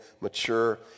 mature